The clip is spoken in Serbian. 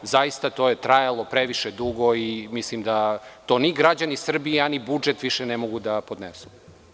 Zaista, to je trajalo previše dugo i mislim da to ni građani Srbije, a ni budžet, više ne mogu da podnesu.